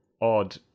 odd